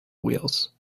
wheels